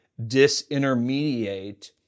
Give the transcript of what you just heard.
disintermediate